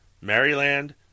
Maryland